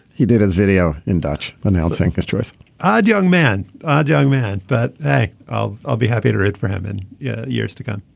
he did his video in dutch announcing his choice ah young man young man but hey i'll i'll be happy to root for him in yeah years to come.